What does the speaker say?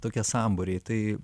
tokie sambūriai tai